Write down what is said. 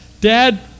dad